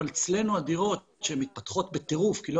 אבל אצלנו הדירות שמתפתחות בטירוף כי לא